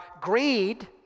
greed